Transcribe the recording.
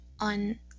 on